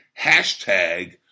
Hashtag